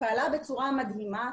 פעלה בצורה מדהימה.